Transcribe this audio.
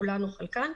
כולן או חלקן,